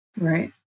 Right